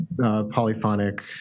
polyphonic